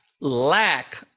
lack